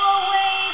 away